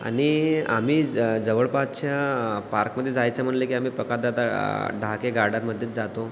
आणि आम्ही ज् जवळपासच्या पार्कमध्ये जायचं म्हणलं की आम्ही प्रकाशदादा ढहाके गार्डन मध्येच जातो